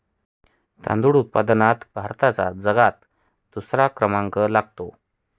तांदूळ उत्पादनात भारताचा जगात दुसरा क्रमांक लागतो